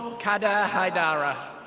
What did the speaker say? kader haidara,